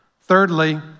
Thirdly